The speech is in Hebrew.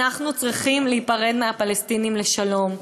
אנחנו צריכים להיפרד מהפלסטינים לשלום.